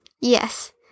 Yes